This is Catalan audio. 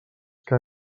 que